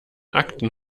akten